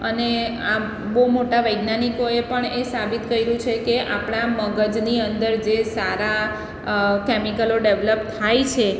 અને આ બહુ મોટા વૈજ્ઞાનિકોએ પણ એ સાબિત કર્યું છે કે આપણે મગજની અંદર જે સારા કેમિકલો ડેવલપ થાય છે